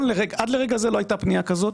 עד לרגע זה לא היתה פנייה כזאת.